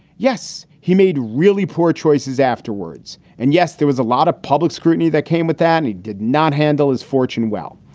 yes, he made really poor choices afterwards. and yes, there was a lot of public scrutiny that came with that. and he did not handle his fortune well.